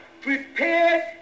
Prepared